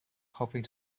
hoping